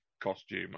costume